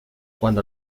cuando